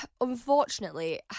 unfortunately